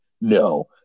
no